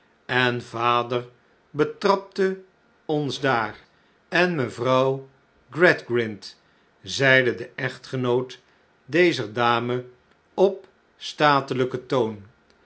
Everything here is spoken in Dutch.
en vader betrapte ons daar en mevrouw gradgrind zeide de echtgenoot dezer dame op statelijken toon